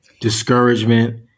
discouragement